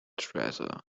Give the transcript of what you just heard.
treasure